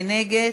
מי נגד?